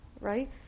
right